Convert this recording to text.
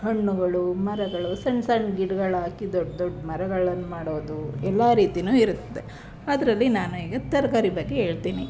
ಹಣ್ಣುಗಳು ಮರಗಳು ಸಣ್ಣ ಸಣ್ಣ ಗಿಡಗಳಾಕಿ ದೊಡ್ಡ ದೊಡ್ಡ ಮರಗಳನ್ನ ಮಾಡೋದು ಎಲ್ಲ ರೀತಿಯೂ ಇರುತ್ತೆ ಅದರಲ್ಲಿ ನಾನು ಈಗ ತರಕಾರಿ ಬಗ್ಗೆ ಹೇಳ್ತೀನಿ